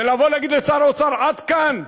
ולבוא ולהגיד לשר האוצר: עד כאן.